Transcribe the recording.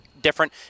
different